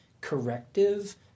corrective